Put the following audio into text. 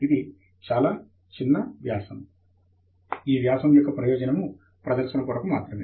ఇది చాలా చిన్న వ్యాసం ఈ వ్యాసము యొక్క ప్రయోజనము ప్రదర్శన కొరకు మాత్రమే